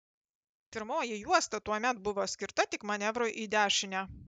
pirmoji juosta tuomet buvo skirta tik manevrui į dešinę